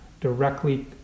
directly